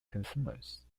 consumers